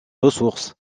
ressources